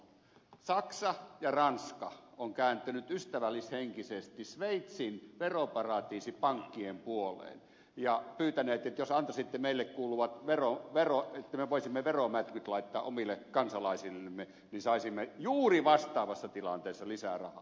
saksa ja ranska ovat kääntyneet ystävällishenkisesti sveitsin veroparatiisipankkien puoleen ja pyytäneet että jos antaisitte meille kuuluvat verot että me voisimme veromätkyt laittaa omille kansalaisillemme niin saisimme juuri vastaavassa tilanteessa lisää rahaa